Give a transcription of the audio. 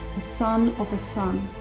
son of the sun,